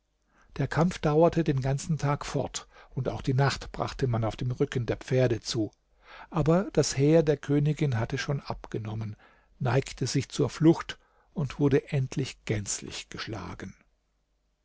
der kampf dauerte den ganzen tag fort und auch die nacht brachte man auf dem rücken der pferde zu aber das heer der königin hatte schon abgenommen neigte sich zur flucht und wurde endlich gänzlich geschlagen